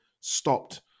stopped